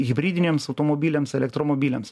hibridiniams automobiliams elektromobiliams